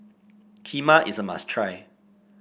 Kheema is a must try